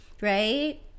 Right